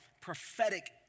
prophetic